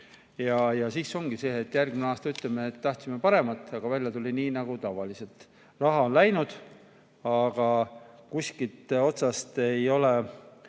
Siis ongi nii, et järgmine aasta ütleme, et tahtsime parimat, aga välja tuli nii nagu tavaliselt: raha on läinud, aga kuskilt otsast ei ole